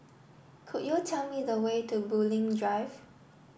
could you tell me the way to Bulim Drive